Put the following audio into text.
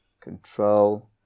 control